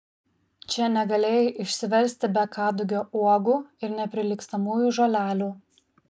čia negalėjai išsiversti be kadugio uogų ir neprilygstamųjų žolelių